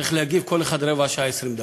צריך להגיב כל אחד רבע שעה, 20 דקות.